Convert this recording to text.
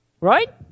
right